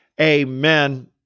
amen